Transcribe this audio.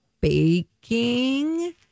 baking